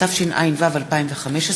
התשע"ו 2015,